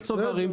יש צוברים,